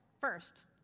first